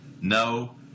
no